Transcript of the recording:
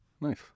Nice